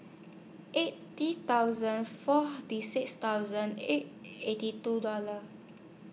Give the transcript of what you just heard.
eighty thousand four Tea six thousand eight eighty two